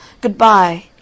Goodbye